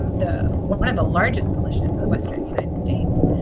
the one one of the largest militias in the western united states.